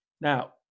Now